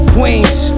Queens